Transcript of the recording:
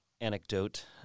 anecdote